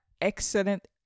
excellent